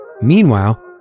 Meanwhile